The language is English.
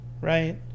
Right